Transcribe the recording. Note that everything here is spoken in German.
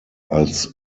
als